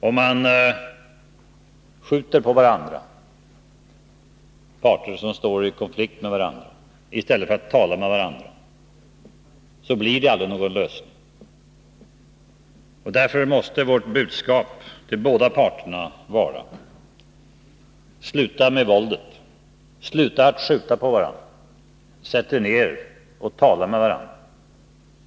Om de parter som står i konflikt med varandra skjuter på varandra i stället för att tala med varandra, blir det aldrig någon lösning. Därför måste vårt budskap till båda parter vara: Sluta med våldet. Sluta att skjuta på varandra. Sätt er ner och tala med varandra.